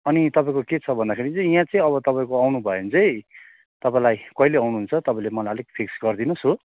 अनि तपाईँको के छ भन्दाखेरि चाहिँ यहाँ चाहिँ अब तपाईँको आउनुभयो भने चाहिँ तपाईँलाई कहिले आउनुहुन्छ तपाईँले मलाई अलिक फिक्स गरिदिनुहोस् हो